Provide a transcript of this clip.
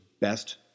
best